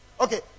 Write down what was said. okay